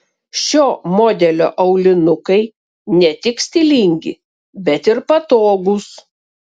šio modelio aulinukai ne tik stilingi bet ir patogūs